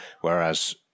whereas